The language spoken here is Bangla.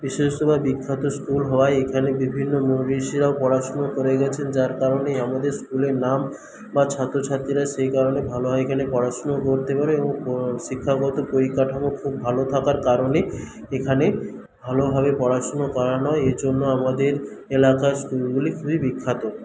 বিশেষত্ব বা বিখ্যাত স্কুল হওয়ার এখানে বিভিন্ন মুনি ঋষিরাও পড়াশুনো করে গেছেন যার কারণেই আমাদের স্কুলের নাম বা ছাত্রছাত্রীরা সেই কারণে ভালো হয় এখানে পড়াশুনো করতে পারে এবং শিক্ষাগত পরিকাঠামো খুব ভালো থাকার কারণেই এখানে ভালোভাবে পড়াশুনো করানো এই জন্য আমাদের এলাকার স্কুলগুলি খুবই বিখ্যাত